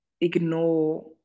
ignore